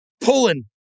pulling